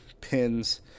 pins